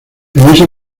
ese